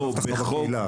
לא,